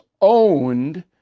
owned